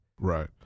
Right